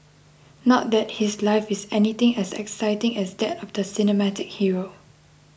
not that his life is anything as exciting as that of the cinematic hero